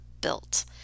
built